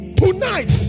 tonight